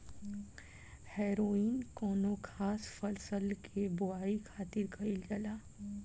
हैरोइन कौनो खास फसल के बोआई खातिर कईल जाला